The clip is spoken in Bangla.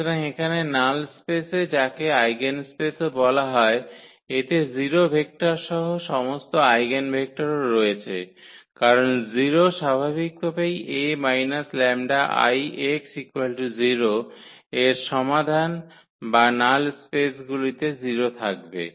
সুতরাং এখানে নাল স্পেসে যাকে আইগেনস্পেসও বলা হয় এতে 0 ভেক্টর সহ সমস্ত আইগেনভেক্টরও রয়েছে কারণ 0 স্বাভাবিকভাবেই 𝐴 𝜆𝐼 𝑥 0 এর সমাধান বা নাল স্পেসগুলিতে 0 থাকবে